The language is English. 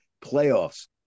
playoffs